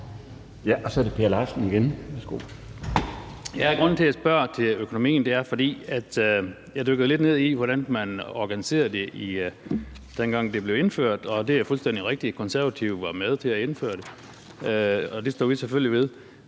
Værsgo. Kl. 13:00 Per Larsen (KF): Grunden til, jeg spørger til økonomien, er, at jeg er dykket lidt ned i, hvordan man organiserede det, dengang det blev indført. Det er fuldstændig rigtigt, at Konservative var med til at indføre det, og det står vi selvfølgelig ved.